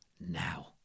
now